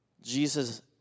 Jesus